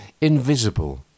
invisible